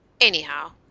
Anyhow